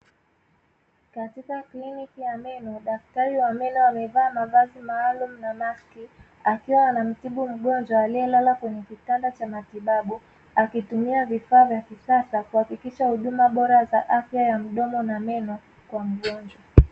Katika kliniki ya meno, daktari wa meno amevaa mavazi maalumu na maski akiwa anamtibu mgonjwa alielala kwenye kitanda cha matibabu. Akitumia vifaa vya kisasa kuhakikisha huduma bora za afya ya mdomo na meno kwa mgonjwa.